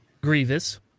Grievous